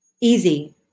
easy